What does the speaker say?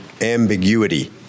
ambiguity